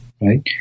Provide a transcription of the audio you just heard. right